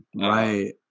right